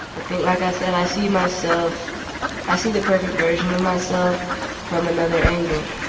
i think, like i said, i see myself i see the perfect version of myself from another angle.